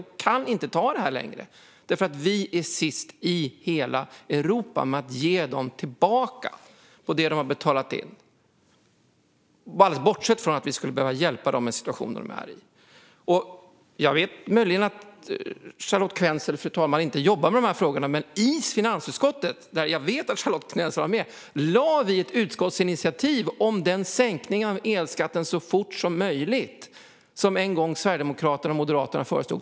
De kan inte ta det här längre eftersom vi är sist i hela Europa med att ge dem tillbaka på det som de har betalat in, alldeles bortsett från att vi skulle behöva hjälpa dem i den situation de är i. Fru talman! Jag vet att Charlotte Quensel inte jobbar med dessa frågor, men vi lade fram i finansutskottet, där jag vet att Charlotte Quensel var med, ett förslag till utskottsinitiativ om en sänkning av elskatten så fort som möjligt, som en gång Sverigedemokraterna och Moderaterna föreslagit.